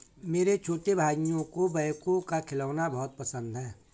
मेरे छोटे भाइयों को बैकहो का खिलौना बहुत पसंद है